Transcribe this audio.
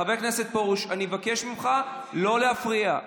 חבר הכנסת פרוש, אני מבקש ממך לא להפריע.